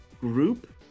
group